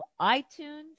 iTunes